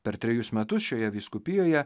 per trejus metus šioje vyskupijoje